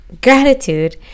gratitude